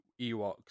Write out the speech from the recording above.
Ewoks